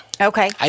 Okay